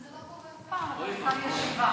זה לא קורה אף פעם, אבל הייתה לי ישיבה.